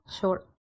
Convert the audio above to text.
Sure